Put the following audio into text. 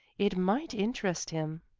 it might interest him.